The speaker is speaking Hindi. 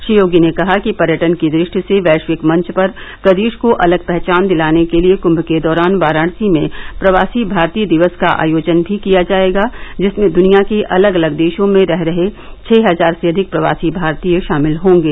श्री योगी ने कहा कि पर्यटन की दृश्टि से वैष्विक मंच पर प्रदेष को अलग पहचान दिलाने के लिए कुंभ के दौरान वाराणसी में प्रवासी भारतीय दिवस का आयोजन भी किया जायेगा जिसमें दुनिया के अलग अलग देषों में रह रहे छह हज़ार से अधिक प्रवासी भारतीय षामिल होंगे